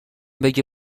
بگه